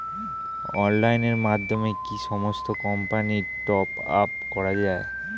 অনলাইনের মাধ্যমে কি সমস্ত কোম্পানির টপ আপ করা যায়?